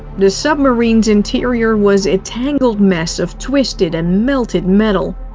the submarine's interior was a tangled mess of twisted and melted metal.